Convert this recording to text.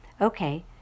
Okay